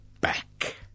back